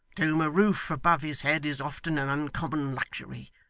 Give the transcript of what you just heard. to whom a roof above his head is often uncommon luxury,